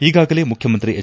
ಈಗಾಗಲೇ ಮುಖ್ಶಮಂತ್ರಿ ಎಚ್